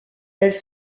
elles